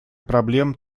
проблем